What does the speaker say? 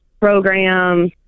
program